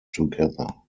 together